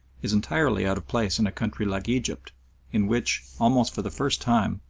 is entirely out of place in a country like egypt in which, almost for the first time,